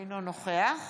אינו נוכח